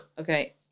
Okay